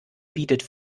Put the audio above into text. bietet